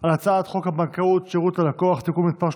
על הצעת חוק הבנקאות (שירות ללקוח) (תיקון מס'